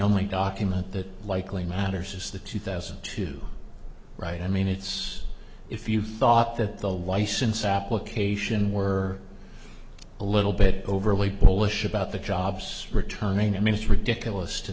only document that likely matters is the two thousand to right i mean it's if you thought that the license application were a little bit overly bullish about the jobs returning i mean it's ridiculous to